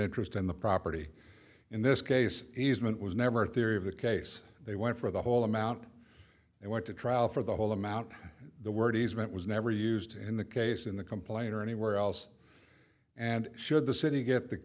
interest in the property in this case easement was never a theory of the case they went for the whole amount and went to trial for the whole amount the words meant was never used in the case in the complaint or anywhere else and should the city get the